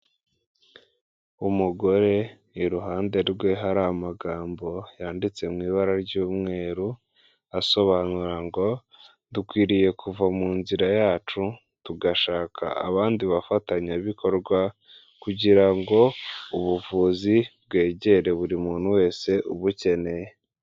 Umugore, iruhande rwe hari amagambo yanditse mu ibara ry'umweru, asobanura ngo dukwiriye kuva mu nzira yacu, tugashaka abandi bafatanyabikorwa, kugira ngo ubuvuzi bwegere buri muntu wese ubukeneye.